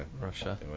Russia